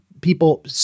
people